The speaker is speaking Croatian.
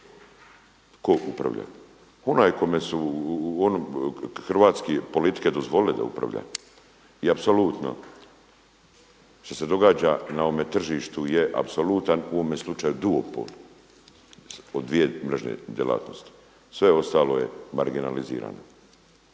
Tko upravlja? Onaj kojemu su hrvatske politike dozvolile da upravlja. I apsolutno što se događa na ovome tržištu je apsolutan u ovome slučaju duopol od dvije mrežne djelatnosti, sve je ostalo marginalizirano.